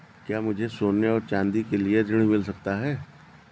क्या मुझे सोने और चाँदी के लिए ऋण मिल सकता है?